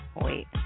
Wait